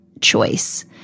choice